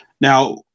Now